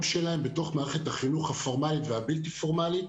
שלהם בתוך מערכת החינוך הפורמלית והבלתי פורמלית